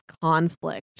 conflict